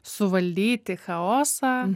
suvaldyti chaosą